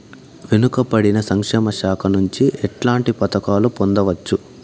వెనుక పడిన సంక్షేమ శాఖ నుంచి ఎట్లాంటి పథకాలు పొందవచ్చు?